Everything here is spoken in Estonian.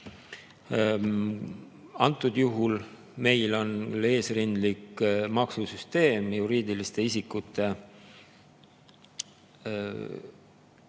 Antud juhul meil on eesrindlik maksusüsteem. Juriidiliste isikute tulu,